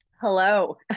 Hello